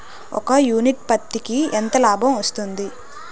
ఒక యూనిట్ పత్తికి ఎంత లాభం వస్తుంది?